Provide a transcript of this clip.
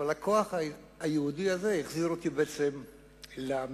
הכוח היהודי הזה החזיר אותי בעצם לעמי,